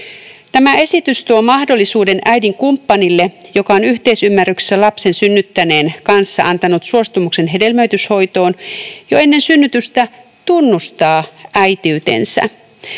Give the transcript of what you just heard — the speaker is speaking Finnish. Tämä esitys tuo mahdollisuuden äidin kumppanille, joka on yhteisymmärryksessä lapsen synnyttäneen kanssa antanut suostumuksen hedelmöityshoitoon, jo ennen synnytystä tunnustaa äitiytensä.